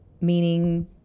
meaning